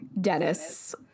Dennis